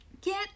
Get